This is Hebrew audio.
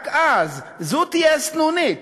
רק אז זו תהיה הסנונית